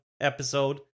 episode